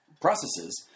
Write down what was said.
processes